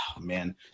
man